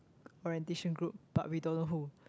orientation group but we don't know who